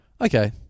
Okay